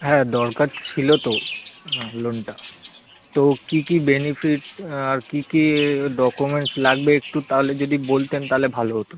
হ্যাঁ দরকার ছিলো তো লোনটা তো কী কী বেনিফিট আর কী কী ডকুমেন্টস লাগবে একটু তাহলে যদি বলতেন তাহলে ভালো হতো